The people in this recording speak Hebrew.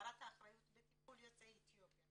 האחריות בטיפול יוצאי אתיופיה,